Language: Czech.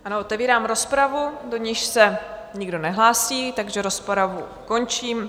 Ano, otevírám rozpravu, do níž se nikdo nehlásí, takže rozpravu končím.